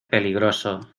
peligroso